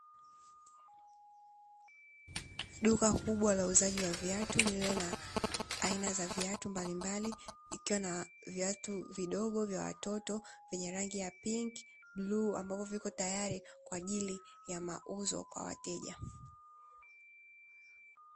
Duka kubwa la uuzaji wa viatu lililo na viatu mbalimbali ikiwa na viatu vidogo vya watoto vyenye rabgi ya pinki, bluu ambavyo vipo tayari kwa ajili ya mauzo kwa wateja.